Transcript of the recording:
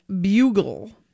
Bugle